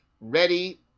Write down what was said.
ready